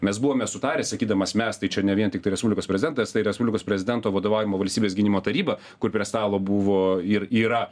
mes buvome sutarę sakydamas mes tai čia ne vien tiktai respublikos prezidentas tai respublikos prezidento vadovaujama valstybės gynimo taryba kur prie stalo buvo ir yra